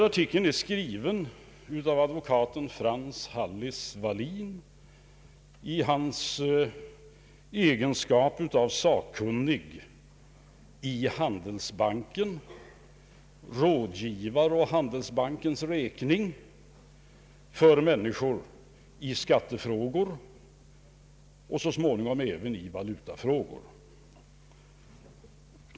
Artikeln är skriven av advokaten Frank Hallis Wallin i egenskap av sakkunnig i Handelsbanken samt rådgivare å Handelsbankens räkning för människor i skattefrågor och så småningom även i valutafrågor.